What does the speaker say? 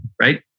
right